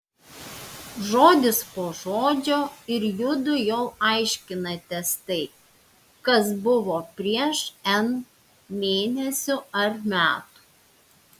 žodis po žodžio ir judu jau aiškinatės tai kas buvo prieš n mėnesių ar metų